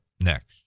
next